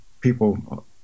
people